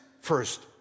first